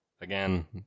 again